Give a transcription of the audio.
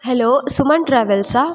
hello Suman ಟ್ರಾವೆಲ್ಸಾ